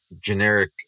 generic